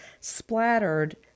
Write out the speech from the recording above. splattered